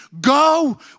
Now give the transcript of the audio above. go